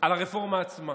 על הרפורמה עצמה.